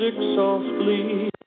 Softly